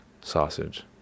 Sausage